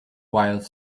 while